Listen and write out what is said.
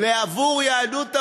עבור יהדות העולם,